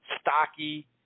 Stocky